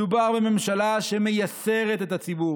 מדובר בממשלה שמייסרת את הציבור.